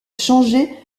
changeait